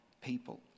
people